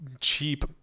cheap